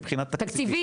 מבחינה תקציבית.